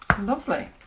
Lovely